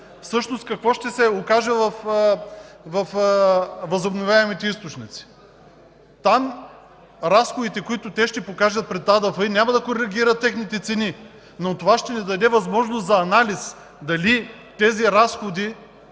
Всъщност какво ще се окаже във възобновяемите източници? Там разходите, които те ще покажат пред АДФИ, няма да коригират техните цени, но това ще ни даде възможност за анализ дали тези разходи